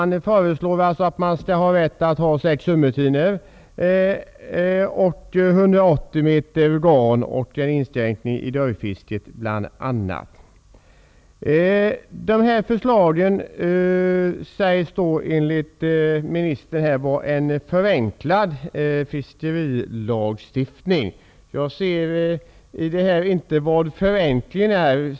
Det föreslås att man skall ha rätt att använda sex hummertinor och 180 meter garn. Vidare föreslås en inskränkning i dörjfisket. Jordbruksministern säger att dessa förslag skall ge en förenklad fiskerilagstiftning. Jag kan inte se var förenklingen i detta finns.